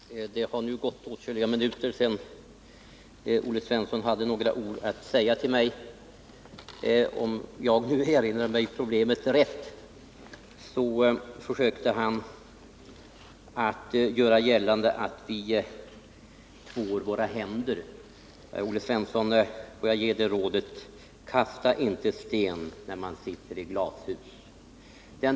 Herr talman! Det har nu gått åtskilliga minuter sedan Olle Svensson hade några ord att säga till mig. Om jag rätt erinrar mig vad han sade försökte han göra gällande att vi tvår våra händer. Får jag ge det rådet, Olle Svensson: Kasta inte sten när ni sitter i glashus!